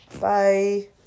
Bye